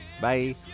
Bye